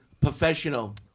professional